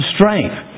Strength